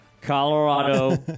Colorado